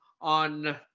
on